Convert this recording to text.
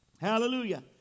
Hallelujah